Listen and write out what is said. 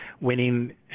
winning